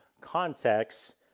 context